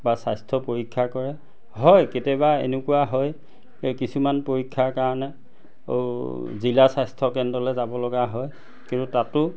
বা স্বাস্থ্য পৰীক্ষা কৰে হয় কেতিয়াবা এনেকুৱা হয় কিছুমান পৰীক্ষাৰ কাৰণে জিলা স্বাস্থ্যকেন্দ্ৰলে যাব লগা হয় কিন্তু তাতো